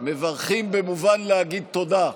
מברכים במובן להגיד תודה.